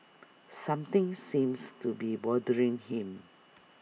something seems to be bothering him